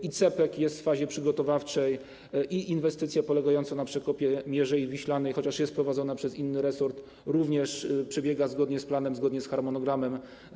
I CPK jest w fazie przygotowawczej, i inwestycje polegające na przekopie Mierzei Wiślanej, chociaż jest to prowadzone przez inny resort, również przebiega zgodnie z planem, zgodnie z harmonogramem.